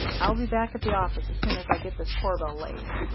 i'll be back at the office as soon as i get this corbel laid.